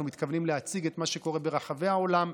אנחנו מתכוונים להציג את מה שקורה ברחבי העולם.